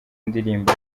ndirimbo